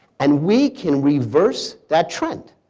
and we can reverse that trend,